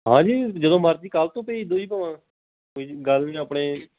ਹਾਂਜੀ ਜਦੋਂ ਮਰਜ਼ੀ ਕੱਲ੍ਹ ਤੋਂ ਭੇਜ ਦਿਓ ਜੀ ਭਵਾ ਕੋਈ ਗੱਲ ਨਹੀਂ ਆਪਣੇ